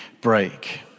break